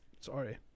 Sorry